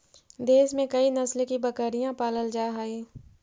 देश में कई नस्ल की बकरियाँ पालल जा हई